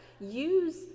use